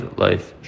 life